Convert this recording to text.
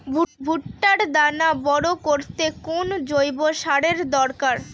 ভুট্টার দানা বড় করতে কোন জৈব সারের দরকার?